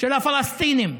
של הפלסטינים,